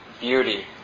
beauty